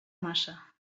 maça